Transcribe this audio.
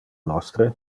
nostre